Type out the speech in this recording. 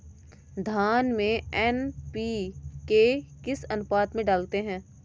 धान में एन.पी.के किस अनुपात में डालते हैं?